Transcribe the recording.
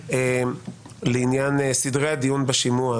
לעניין סדרי הדיון בשימוע.